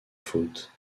faute